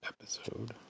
episode